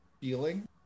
feeling